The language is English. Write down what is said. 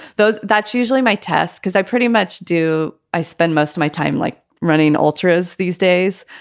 those that's usually my test because i pretty much do. i spend most of my time like running ultra's these days.